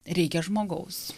reikia žmogaus